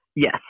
Yes